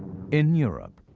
in europe,